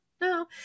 no